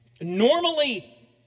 normally